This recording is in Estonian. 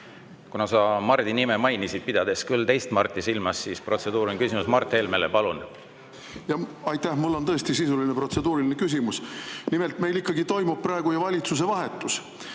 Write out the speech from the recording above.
Kuna sa Mardi nime mainisid, pidades küll teist Marti silmas, siis protseduuriline küsimus, Mart Helme. Palun! Aitäh! Mul on tõesti sisuline protseduuriline küsimus. Nimelt, meil toimub praegu valitsuse vahetus.